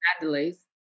delays